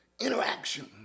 interaction